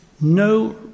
no